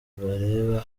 bibareba